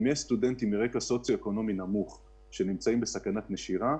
אם יש סטודנטים מרקע סוציו אקונומי נמוך שנמצאים בסכנת נשירה,